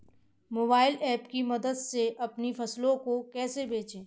Mobile app की मदद से अपनी फसलों को कैसे बेचें?